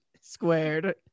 squared